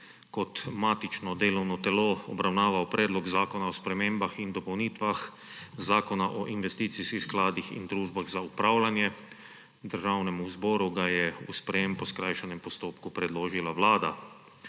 kot matično delovno telo obravnaval Predlog zakona o spremembah in dopolnitvah Zakona o investicijskih skladih in družbah za upravljanje. Državnemu zboru ga je v sprejetje po skrajšanem postopku predložila Vlada.